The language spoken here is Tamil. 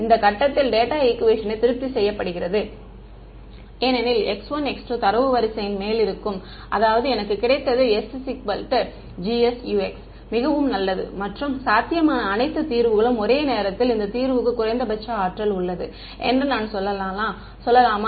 இந்த கட்டத்தில் டேட்டா ஈக்குவேஷனை திருப்தி செய்யப்படுகிறது ஏனெனில் x 1 x 2 தரவு வரிசையின் மேல் இருக்கும் அதாவது எனக்கு கிடைத்தது sG S Ux மிகவும் நல்லது மற்றும் சாத்தியமான அனைத்து தீர்வுகளும் ஒரே நேரத்தில் இந்த தீர்வுக்கு குறைந்தபட்ச ஆற்றல் உள்ளது என்று நான் சொல்லலாமா